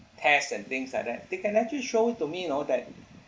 tests and things like that they can actually show it to me you know that